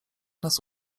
nas